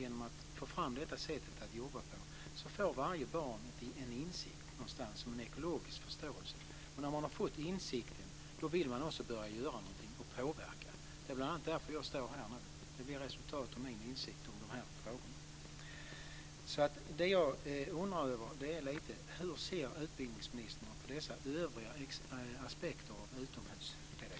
Genom att arbeta på detta sätt får varje barn en insikt och en ekologisk förståelse. När man har fått insikten vill man också börja göra någonting och påverka. Det är bl.a. därför jag står här nu. Det blir resultatet av min insikt i de här frågorna. Därför undrar jag hur utbildningsministern ser på dessa övriga aspekter av utomhuspedagogik.